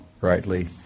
rightly